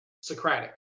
Socratic